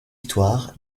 victoire